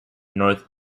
north